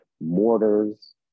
mortars